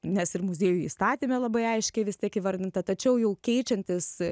nes ir muziejų įstatyme labai aiškiai vis tiek įvardinta tačiau jau keičiantis